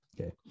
okay